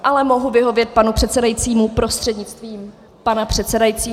Ale mohu vyhovět panu předsedajícímu prostřednictvím pana předsedajícího.